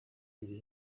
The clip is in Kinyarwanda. indimi